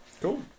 Cool